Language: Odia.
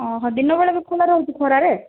ଦିନ ବେଳେ ବି ଖୋଲା ରହୁଛି ଖରାରେ